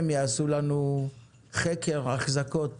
המחקר והמידע יעשה לנו חקר אחזקות